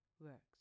works